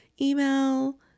email